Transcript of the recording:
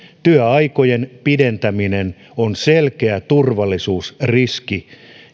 työaikojen pidentäminen on selkeä turvallisuusriski